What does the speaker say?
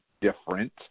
different